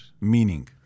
meaning